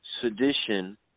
Sedition